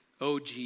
OG